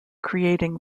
creating